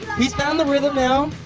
he's found the rhythm now.